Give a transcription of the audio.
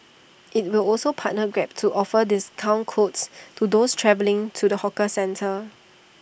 IT will also partner grab to offer discount codes to those travelling to the hawker centre